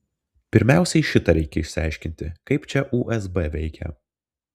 pirmiausiai šitą reikia išsiaiškinti kaip čia usb veikia